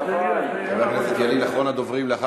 אבל זה תמיד ככה יוצא.